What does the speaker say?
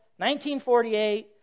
1948